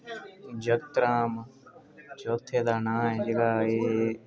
जकतराम चौथे दा नां ऐ जेह्का ऐ